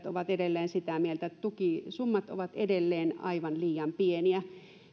ovat sitä mieltä että tukisummat ovat edelleen aivan liian pieniä